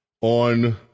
on